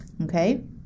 okay